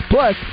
Plus